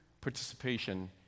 participation